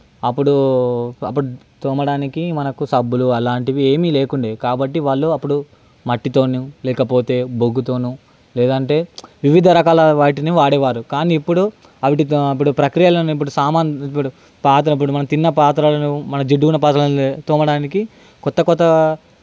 అప్పుడు అప్పుడు తోమడానికి మనకు సబ్బులు అలాంటివి ఏమీ లేకుండే కాబట్టి వాళ్ళు అప్పుడు మట్టితోను లేకపోతే బొగ్గుతోను లేదంటే వివిధ రకాల వాటిని వాడేవారు కానీ ఇప్పుడు అవి ప్రక్రియలను సామాను ఇప్పుడు పాత్ర ఇప్పుడు మనం తిన్న పాత్రలను జిడ్డు ఉన్న పాత్రలను తోమడానికి కొత్త కొత్త